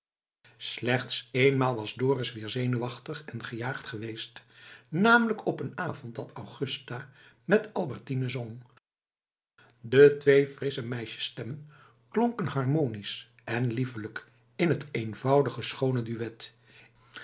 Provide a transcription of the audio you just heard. slechts eenmaal was dorus weer zenuwachtig en gejaagd geweest namelijk op een avond dat augusta met albertine zong de twee frissche meisjesstemmen klonken harmonisch en liefelijk in t eenvoudig schoone duët